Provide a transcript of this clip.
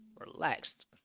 relaxed